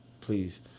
please